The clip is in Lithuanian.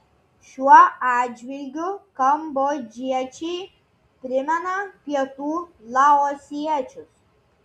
šiuo atžvilgiu kambodžiečiai primena pietų laosiečius